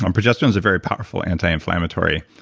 um progesterones are very powerful anti-inflammatory.